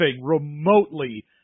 remotely